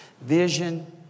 vision